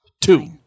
Two